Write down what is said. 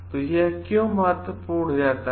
तो यह क्यों महत्वपूर्ण हो जाता है